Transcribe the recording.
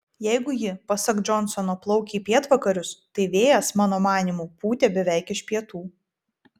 jeigu ji pasak džonsono plaukė į pietvakarius tai vėjas mano manymu pūtė beveik iš pietų